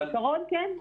אבל בעיקרון כן.